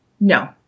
no